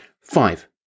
Five